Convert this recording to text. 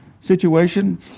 situation